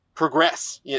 Progress